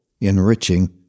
Enriching